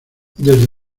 desde